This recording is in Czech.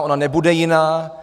Ona nebude jiná.